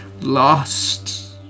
lost